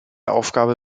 aufgabe